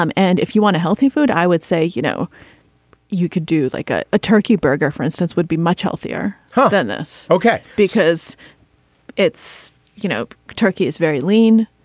um and if you want a healthy food i would say you know you could do like a turkey burger for instance would be much healthier than this. ok. because it's you know turkey is very lean.